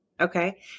okay